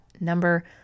number